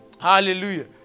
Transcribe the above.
Hallelujah